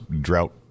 drought